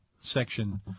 section